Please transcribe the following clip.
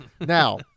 Now